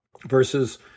versus